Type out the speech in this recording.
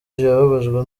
yababajwe